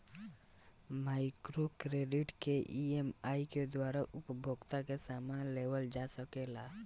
micro credit से EMI के द्वारा उपभोग के समान लेवल जा सकेला